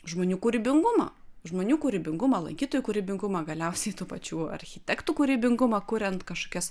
žmonių kūrybingumą žmonių kūrybingumą lankytojų kūrybingumą galiausiai tų pačių architektų kūrybingumą kuriant kažkokias